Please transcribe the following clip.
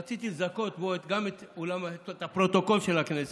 ורציתי לזכות בו גם את הפרוטוקול של הכנסת,